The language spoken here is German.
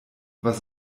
was